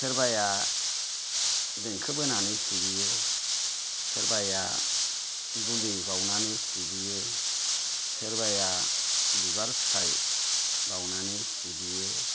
सोरबाया देंखो बोनानै सिबियो सोरबाया बुलि बावनानै सिबियो सोरबाया बिबार फिथाइ बावनानै सिबियो